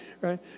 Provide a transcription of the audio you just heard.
right